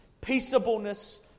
peaceableness